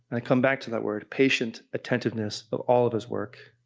come back to that word, patient attentiveness of all of his work,